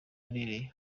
aherereye